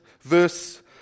verse